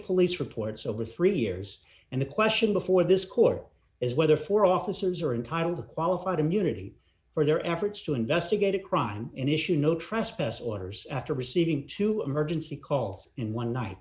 police reports over three years and the question before this court is whether four officers are entitled to qualified immunity for their efforts to investigate a crime and issue no trespass orders after receiving two emergency calls in one night